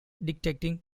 detecting